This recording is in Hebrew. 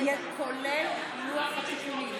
כולל לוח התיקונים.